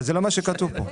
אבל זה לא מה שכתוב פה.